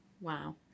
Wow